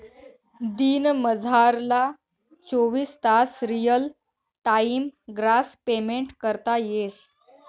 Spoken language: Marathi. दिनमझारला चोवीस तास रियल टाइम ग्रास पेमेंट करता येस